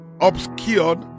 obscured